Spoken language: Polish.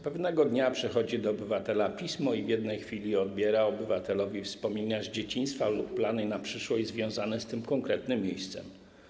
Pewnego dnia przychodzi do obywatela pismo i w jednej chwili odbiera obywatelowi wspomnienia z dzieciństwa lub plany na przyszłość związane z tym konkretnym miejscem.